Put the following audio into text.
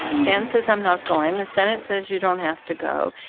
stanton says, i'm not going. the senate says, you don't have to go.